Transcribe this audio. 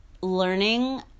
learning